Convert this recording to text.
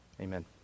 Amen